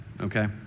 okay